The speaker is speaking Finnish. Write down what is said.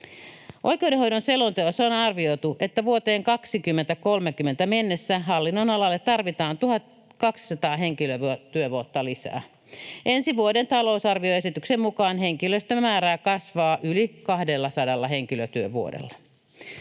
Oikeudenhoidon selonteossa on arvioitu, että vuoteen 2030 mennessä hallinnonalalle tarvitaan 1 200 henkilötyövuotta lisää. Ensi vuoden talousarvioesityksen mukaan henkilöstön määrä kasvaa yli 200 henkilötyövuodella.